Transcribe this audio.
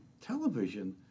television